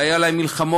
היו להן מלחמות,